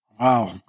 wow